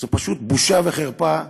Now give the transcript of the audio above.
זו פשוט בושה וחרפה,